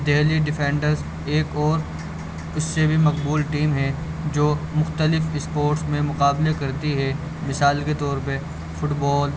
Delhi Defenders ایک اور اس سے بھی مقبول ٹیم ہیں جو مختلف اسپورٹس میں مقابلے کرتی ہے مثال کے طور پہ فٹ بال